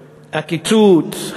הקיצוץ,